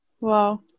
Wow